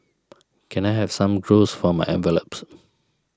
can I have some glues for my envelopes